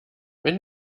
wenn